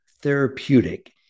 therapeutic